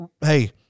hey